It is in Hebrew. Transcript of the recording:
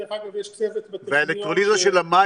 דרך אגב יש צוות בטכניון ש --- והאלקטרוליזה של המים,